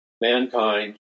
mankind